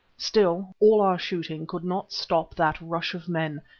still, all our shooting could not stop that rush of men,